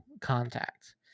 contact